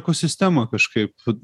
ekosistemą kažkaip vat